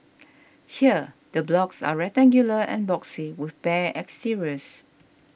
here the blocks are rectangular and boxy with bare exteriors